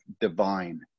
divine